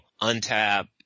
untap